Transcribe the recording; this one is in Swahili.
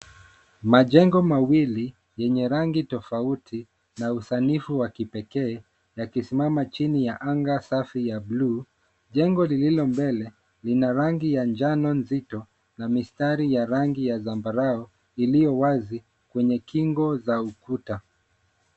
Majengo mawlili yenye rangi tofauti na usanifu wa kipekee, yakisimama chini ya anga safi ya buluu. Jengo lilio mbele lina rangi ya njano nzito na mistari ya rangi ya zambarau iliyo wazi kwenye kingo za ukuta.